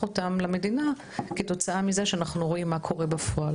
אותם למדינה כתוצאה מזה שאנחנו רואים מה קורה בפועל.